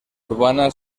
urbana